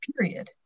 period